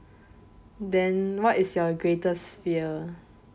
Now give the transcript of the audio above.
then what is your greatest fear